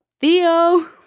theo